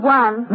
one